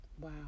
Wow